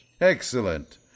Excellent